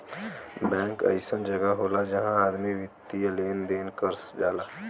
bank अइसन जगह होला जहां आदमी वित्तीय लेन देन कर जाला